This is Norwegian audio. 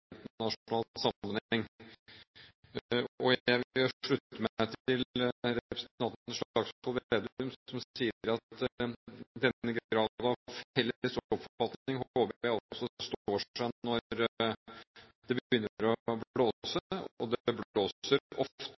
sammenheng. Jeg vil slutte meg til representanten Slagsvold Vedum, som sier at han håper denne grad av felles oppfatning også står seg når det begynner å blåse. Og det blåser ofte når nordmenn er på tur. Jeg vil